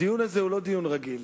הדיון הזה הוא לא דיון רגיל.